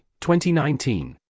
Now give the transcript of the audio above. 2019